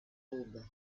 aube